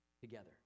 together